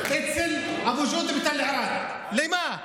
אצל אבו ג'ודה בתל ערד, למה?